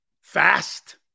Fast